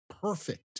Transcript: perfect